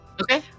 Okay